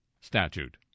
statute